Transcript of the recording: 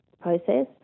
process